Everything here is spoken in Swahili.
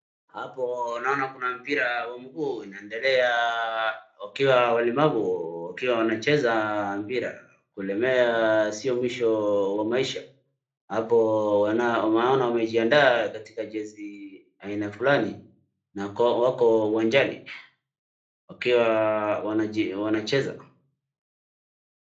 Hapo naona kuna mpira wa mguu unaendelea wakiwa walemavu, wakiwa wanacheza mpira kulemewa sio mwisho wa maisha. Hapo wa maana wamejianda katika jezi aina flani, na wako uwanjani wakiwa wanacheza.